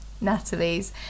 Natalie's